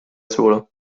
solo